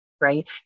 right